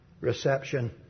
reception